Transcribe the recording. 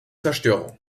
zerstörung